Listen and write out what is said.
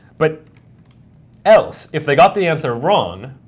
but else, if they got the answer wrong,